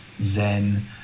Zen